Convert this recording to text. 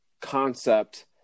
concept